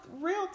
real